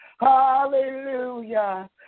hallelujah